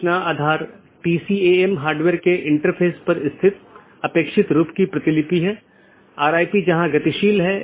इसलिए यदि यह बिना मान्यता प्राप्त वैकल्पिक विशेषता सकर्मक विशेषता है इसका मतलब है यह बिना किसी विश्लेषण के सहकर्मी को प्रेषित किया जा रहा है